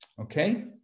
Okay